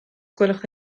gwelwch